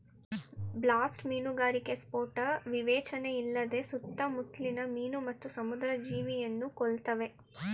blast ಮೀನುಗಾರಿಕೆ ಸ್ಫೋಟ ವಿವೇಚನೆಯಿಲ್ಲದೆ ಸುತ್ತಮುತ್ಲಿನ ಮೀನು ಮತ್ತು ಸಮುದ್ರ ಜೀವಿಯನ್ನು ಕೊಲ್ತವೆ